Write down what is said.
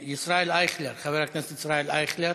חבר הכנסת ישראל אייכלר,